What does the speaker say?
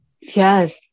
Yes